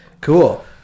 cool